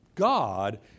God